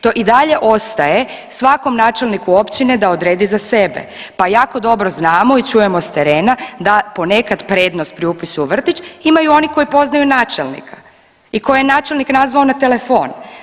To i dalje ostaje svakom načelniku općine da odredi za sebe, pa jako dobro znamo i čujemo sa terena da ponekad prednost pri upisu u vrtić imaju oni koji poznaju načelnika i koji je načelnik nazvao na telefon.